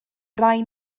rai